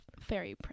fairy